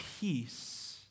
peace